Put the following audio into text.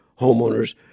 homeowner's